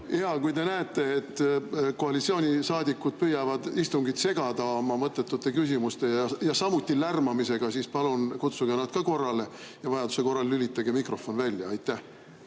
Kui te näete, et koalitsioonisaadikud püüavad istungit segada oma mõttetute küsimuste ja samuti lärmamisega, siis palun kutsuge nad ka korrale ja vajaduse korral lülitage mikrofon välja. Kui